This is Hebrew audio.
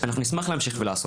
אנחנו נשמח להמשיך ולעשות,